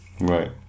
Right